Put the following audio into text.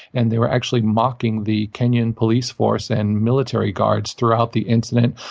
and they were actually mocking the kenyan police force and military guards throughout the incident,